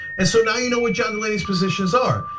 and so now you know what john delaney's positions are.